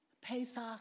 Pesach